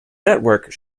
network